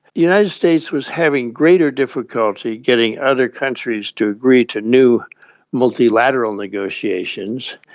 united states was having greater difficulty getting other countries to agree to new multilateral negotiations,